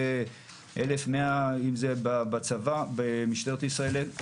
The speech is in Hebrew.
אם זה במשטרת ישראל,